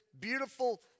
beautiful